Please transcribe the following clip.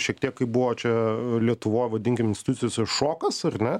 šiek tiek kai buvo čia lietuvoj vadinkim institucijose šokas ar ne